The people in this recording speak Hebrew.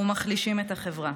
ומחלישים את החברה.